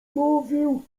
mówił